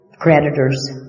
Creditors